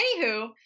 Anywho